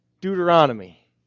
Deuteronomy